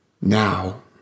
Now